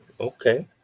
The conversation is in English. okay